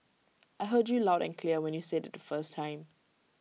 I heard you loud and clear when you said IT the first time